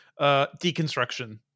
deconstruction